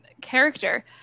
character